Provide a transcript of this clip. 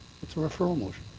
it's a referral motion.